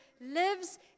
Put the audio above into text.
lives